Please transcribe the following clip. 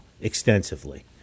extensively